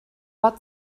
but